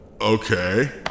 okay